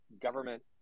government